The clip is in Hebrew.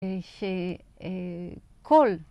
ש... קול!